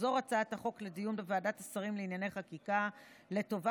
תחזור הצעת החוק לדיון בוועדת השרים לענייני חקיקה לטובת